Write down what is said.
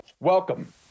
Welcome